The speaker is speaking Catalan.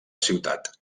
ciutat